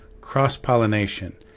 cross-pollination